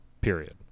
Period